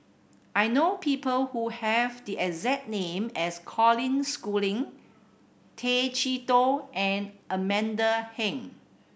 I know people who have the exact name as Colin Schooling Tay Chee Toh and Amanda Heng